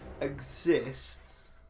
exists